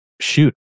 shoot